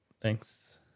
Thanks